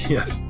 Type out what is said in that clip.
Yes